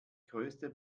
größte